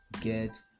get